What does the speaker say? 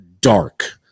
dark